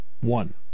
One